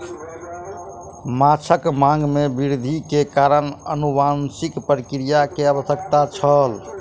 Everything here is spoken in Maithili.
माँछक मांग में वृद्धि के कारण अनुवांशिक प्रक्रिया के आवश्यकता छल